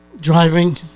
driving